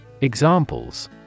Examples